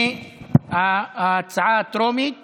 מההצעה הטרומית